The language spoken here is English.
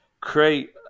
create